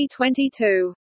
2022